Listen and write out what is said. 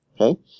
Okay